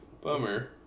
bummer